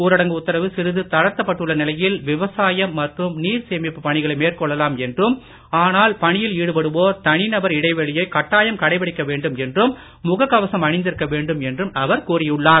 ஊரடங்கு உத்தரவு சிறிது தளர்த்தப்பட்டுள்ள நிலையில் விவசாயம் மற்றும் நீரை சேமிப்பு பணிகளை மேற்கொள்ளலாம் என்றும் ஆனால் பணியில் ஈடுபடுவோர் தனிநபர் இடைவெளியை கட்டாயம் கடைப்பிடிக்க வேண்டும் என்றும் முக கவசம் அணிந்திருக்க வேண்டும் என்றும் அவர் கூறியுள்ளார்